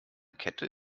kette